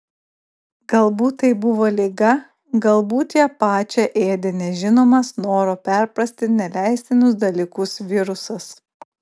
galbūt tai buvo liga galbūt ją pačią ėdė nežinomas noro perprasti neleistinus dalykus virusas